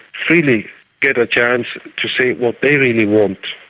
freely get a chance to say what they really want.